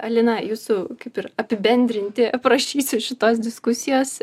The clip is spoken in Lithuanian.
alina jūsų kaip ir apibendrinti prašysiu šitos diskusijos